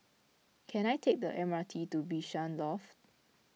can I take the M R T to Bishan Loft